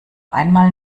einmal